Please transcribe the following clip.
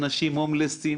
אנשים הומלסים,